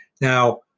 Now